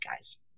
guys